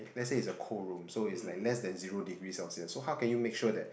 let's say it's a cold room so it's like less then zero degree Celsius so how can you make sure that